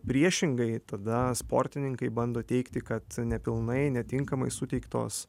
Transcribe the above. priešingai tada sportininkai bando teigti kad nepilnai netinkamai suteiktos